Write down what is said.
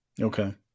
Okay